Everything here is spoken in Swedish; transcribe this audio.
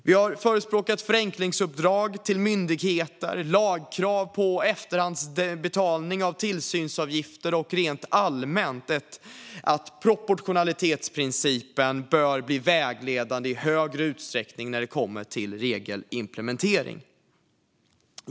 Vi har förespråkat förenklingsuppdrag till myndigheter och lagkrav på efterhandsbetalning av tillsynsavgifter och rent allmänt ansett att proportionalitetsprincipen bör blir vägledande i större utsträckning när det kommer till regelimplementering.